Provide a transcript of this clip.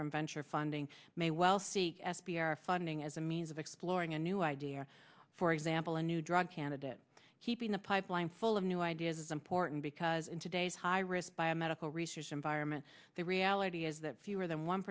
from venture funding may well see s p r funding as a means of exploring a new idea for example a new drug candidate keeping a pipeline full of new ideas is important because in today's high risk biomedical research environment the reality is that fewer than one